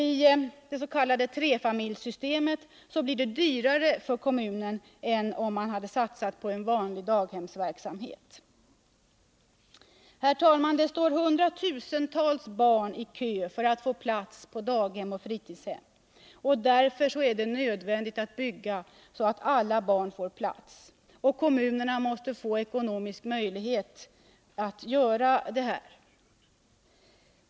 I det s.k. trefamiljssystemet blir detta dyrare för kommunen än om man hade satsat på en vanlig daghemsverksamhet. Herr talman! Det står hundratusentals barn i kö för att få daghemsoch fritidshemsplatser. Därför är det nödvändigt att bygga så att alla barn får plats. Kommunerna måste få ekonomisk möjlighet till detta.